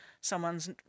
someone's